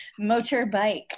motorbike